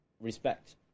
respect